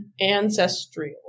ancestral